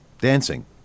Dancing